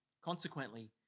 Consequently